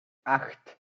acht